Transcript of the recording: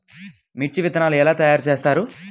మిర్చి విత్తనాలు ఎలా తయారు చేస్తారు?